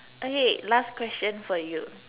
okay last question for you